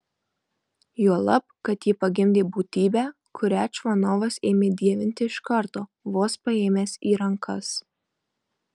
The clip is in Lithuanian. juolab kad ji pagimdė būtybę kurią čvanovas ėmė dievinti iš karto vos paėmęs į rankas